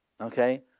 Okay